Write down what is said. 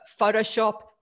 Photoshop